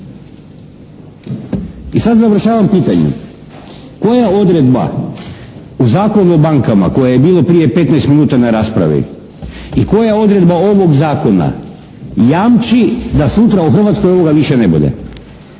I sada završavam pitanjem: Koja odredba u Zakonu o bankama koji je bio prije 15 minuta na raspravi i koja odredba ovog zakona jamči da sutra u Hrvatskoj ovoga više ne bude?